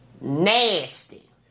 Nasty